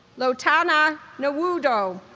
lotanna nwodo,